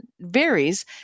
varies